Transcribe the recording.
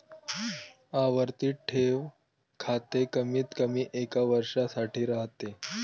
आवर्ती ठेव खाते कमीतकमी एका वर्षासाठी राहते